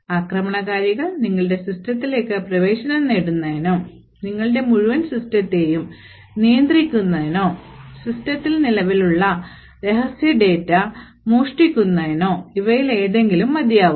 ആക്രമണകാരികൾ നിങ്ങളുടെ സിസ്റ്റത്തിലേക്ക് പ്രവേശനം നേടുന്നതിനും നിങ്ങളുടെ മുഴുവൻ സിസ്റ്റത്തേയും നിയന്ത്രിക്കുന്നതിനോ സിസ്റ്റത്തിൽ നിലവിലുള്ള രഹസ്യ ഡാറ്റ മോഷ്ടിക്കുന്നതിനോ ഇവയിലേതെങ്കിലും മതിയാകും